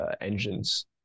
engines